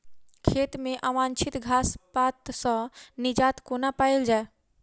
खेत मे अवांछित घास पात सऽ निजात कोना पाइल जाइ?